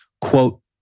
Quote